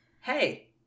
Hey